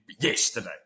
yesterday